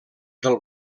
del